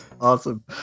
awesome